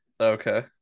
Okay